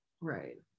right